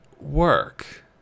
work